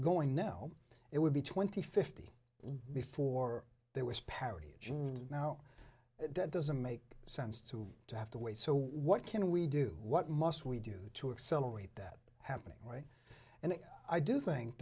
going no it would be twenty fifty before there was parity is now dead doesn't make sense to to have to wait so what can we do what must we do to accelerate that happening right and i do think